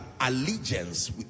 allegiance